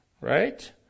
Right